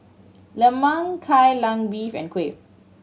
lemang Kai Lan Beef and kuih